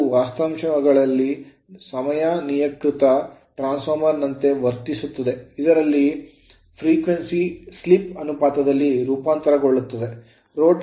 ಇದು ವಾಸ್ತವಾಂಶಗಳಲ್ಲಿ ಸಾಮಾನ್ಯೀಕೃತ ಟ್ರಾನ್ಸ್ ಫಾರ್ಮರ್ ನಂತೆ ವರ್ತಿಸುತ್ತದೆ ಇದರಲ್ಲಿ frequency ಆವರ್ತನವು slip ಅನುಪಾತದಲ್ಲಿ ರೂಪಾಂತರಗೊಳ್ಳುತ್ತದೆ